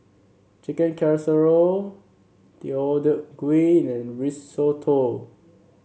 Chicken Casserole Deodeok Gui and Risotto